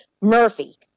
Murphy